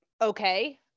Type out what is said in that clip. okay